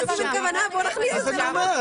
בוא נכניס את זה לחוק.